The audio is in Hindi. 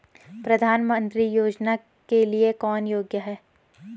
प्रधानमंत्री योजना के लिए कौन योग्य है?